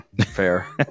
Fair